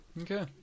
Okay